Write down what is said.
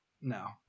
No